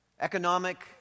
economic